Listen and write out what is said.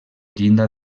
llinda